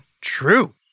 True